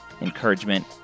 encouragement